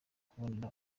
kubonera